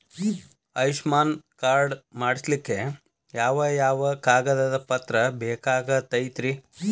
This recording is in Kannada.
ಆಯುಷ್ಮಾನ್ ಕಾರ್ಡ್ ಮಾಡ್ಸ್ಲಿಕ್ಕೆ ಯಾವ ಯಾವ ಕಾಗದ ಪತ್ರ ಬೇಕಾಗತೈತ್ರಿ?